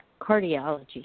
cardiology